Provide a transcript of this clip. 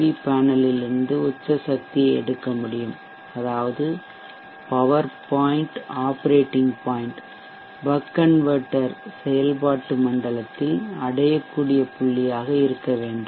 we பேனலில் இருந்து உச்ச சக்தியை எடுக்க முடியும் அதாவது power point operating point buck converter செயல்பாட்டு மண்டலத்தில் அடையக்கூடிய புள்ளியாக இருக்க வேண்டும்